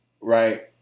right